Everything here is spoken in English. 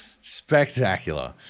Spectacular